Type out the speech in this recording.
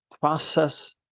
process